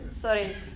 Sorry